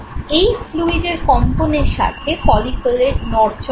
এই ফ্লুইডের কম্পনের সাথে সাথে ফলিকলে নড়চড় হয়